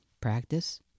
practice